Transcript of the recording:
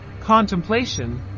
contemplation